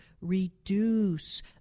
reduce